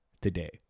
today